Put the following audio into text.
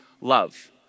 love